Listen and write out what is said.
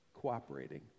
Cooperating